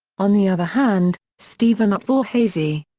on the other hand, steven udvar-hazy,